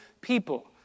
people